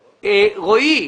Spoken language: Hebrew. רועי,